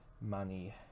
money